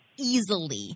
easily